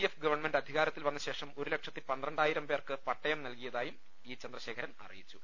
F government അധികാരത്തിൽ വന്നശേഷം ഒരു ലക്ഷത്തി പന്ത്രണ്ടായിരം പേർക്ക് പട്ടയം നൽകിയതായും ഇ ചന്ദ്രശേഖരൻ അറിയിച്ചു